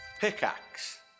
pickaxe